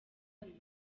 biba